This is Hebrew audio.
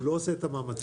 הוא לא עושה את המאמצים.